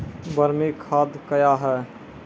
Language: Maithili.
बरमी खाद कया हैं?